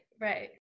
right